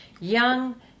Young